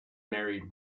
married